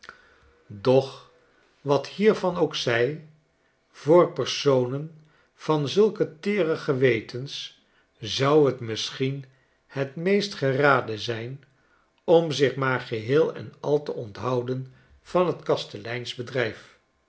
doch wat hiervan ook zij voor personen van zulke teere gewetens zou t misschien het meest geraden zijn om zich maar geheel en al te onthouden van t